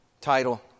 title